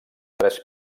tres